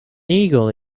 eagle